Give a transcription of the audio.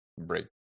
break